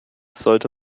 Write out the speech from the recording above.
sollte